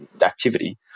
activity